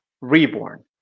Reborn